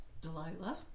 Delilah